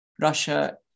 Russia